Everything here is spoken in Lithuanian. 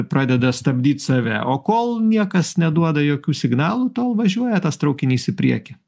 pradeda stabdyt save o kol niekas neduoda jokių signalų tol važiuoja tas traukinys į priekį